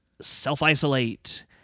self-isolate